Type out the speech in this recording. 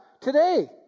today